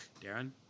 Darren